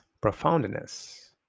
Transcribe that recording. profoundness